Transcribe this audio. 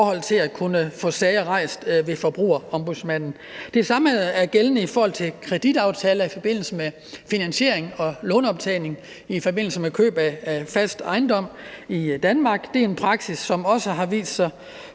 i forbindelse med at kunne få sager rejst hos Forbrugerombudsmanden. Det samme gælder med hensyn til kreditaftaler i forhold til finansiering og lånoptagning i forbindelse med køb af fast ejendom i Danmark. Det er en praksis, som også har vist sig